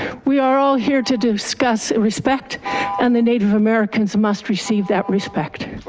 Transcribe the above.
we are all here to discuss respect and the native americans must receive that respect.